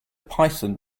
python